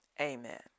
Amen